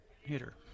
hitter